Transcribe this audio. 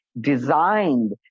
designed